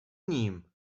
nim